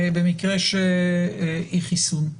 במקרה של אי חיסון,